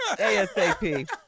asap